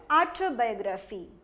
autobiography